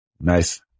Nice